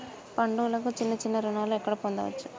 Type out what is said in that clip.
పండుగలకు చిన్న చిన్న రుణాలు ఎక్కడ పొందచ్చు?